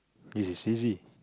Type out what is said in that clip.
this is easy